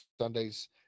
sundays